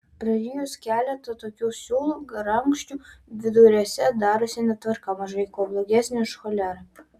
prarijus keletą tokių siūlų garankščių viduriuose darosi netvarka mažai kuo blogesnė už cholerą